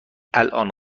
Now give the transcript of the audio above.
الآن